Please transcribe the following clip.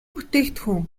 бүтээгдэхүүн